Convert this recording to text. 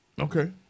Okay